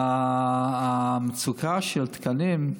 המצוקה של התקנים,